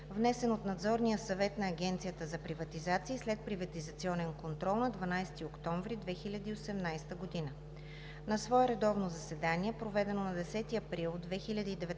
внесен от Надзорния съвет на Агенцията за приватизация и следприватизационен контрол на 12 октомври 2018 г. На свое редовно заседание, проведено на 10 април 2019 г.,